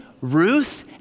Ruth